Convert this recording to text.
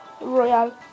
royal